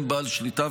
אין בעל שליטה,